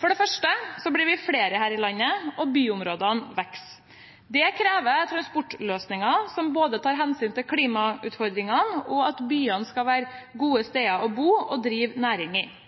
For det første blir vi flere her i landet, og byområdene vokser. Det krever transportløsninger som både tar hensyn til klimautfordringene og til at byene skal være gode steder å bo og drive næring i.